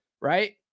Right